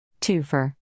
twofer